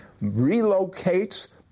relocates